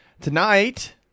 tonight